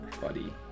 buddy